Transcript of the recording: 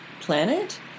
planet